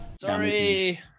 sorry